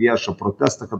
viešą protestą kad